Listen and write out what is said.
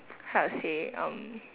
how to say um